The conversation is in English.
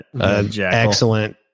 excellent